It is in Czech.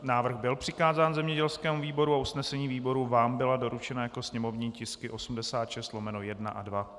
Návrh byl přikázán zemědělskému výboru a usnesení výboru vám byla doručena jako sněmovní tisky 86/1 a 2.